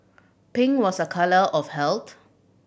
pink was a colour of health